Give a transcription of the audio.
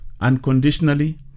unconditionally